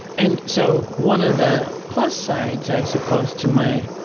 and so one of the plus sides i suppose to my